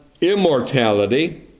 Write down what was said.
immortality